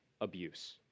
abuse